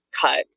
cut